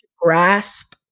grasp